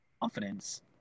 confidence